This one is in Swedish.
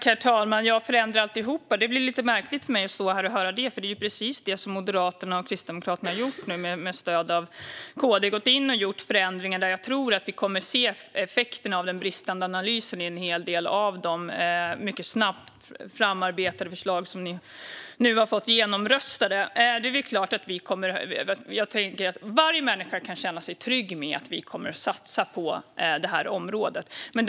Herr talman! Det är lite märkligt för mig att stå här och höra detta om att förändra alltihop. Det är ju precis det som Moderaterna och Kristdemokraterna nu har gjort med stöd av Sverigedemokraterna, alltså gått in och gjort förändringar. Jag tror att vi kommer att se effekterna av den bristande analysen i en hel del av de mycket snabbt framarbetade förslag som nu har röstats igenom. Men varje människa kan känna sig trygg med att vi kommer att satsa på detta område.